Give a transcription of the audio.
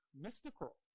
mystical